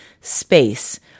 space